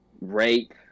rape